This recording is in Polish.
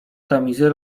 tamizy